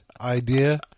idea